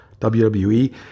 WWE